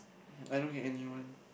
I don't hate anyone